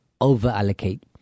over-allocate